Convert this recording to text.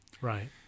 right